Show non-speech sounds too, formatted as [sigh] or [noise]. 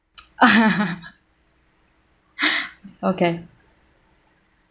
[laughs] [breath] okay